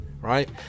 Right